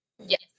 Yes